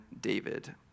David